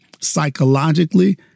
psychologically